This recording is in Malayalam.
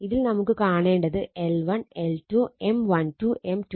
ഇതിൽ നമുക്ക് കാണേണ്ടത് L1 L2 M12 M21